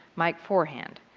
mike forehand,